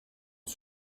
une